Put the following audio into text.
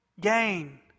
gain